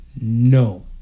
No